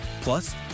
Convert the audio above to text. Plus